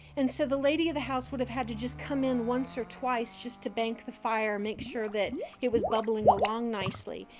and so the lady of the house would have had to just come in once or twice just to bank the fire, make sure that it was bubbling along nicely,